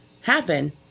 happen